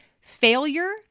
Failure